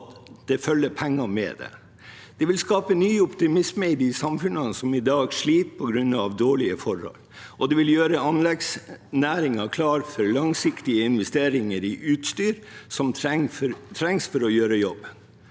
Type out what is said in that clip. Det vil skape ny optimisme i de samfunnene som i dag sliter på grunn av dårlige forhold, og det vil gjøre anleggsnæringen klar for langsiktige investeringer i utstyr som trengs for å gjøre jobben.